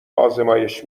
آزمایش